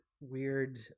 weird